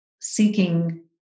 seeking